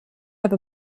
have